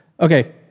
Okay